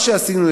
מה שעשינו,